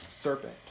serpent